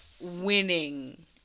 winning